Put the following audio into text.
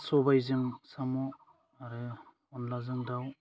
सबाइजों साम' आरो अनलाजों दाउ